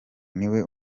niwe